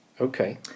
Okay